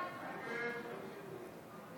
ההסתייגות (9) של חברי הכנסת שלמה קרעי,